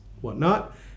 whatnot